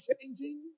changing